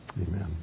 Amen